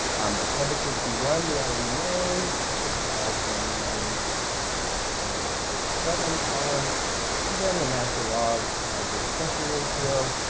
the temperature t one we already know that was five seven nine point six seven r and then the natural log of this pressure ratio,